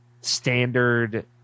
standard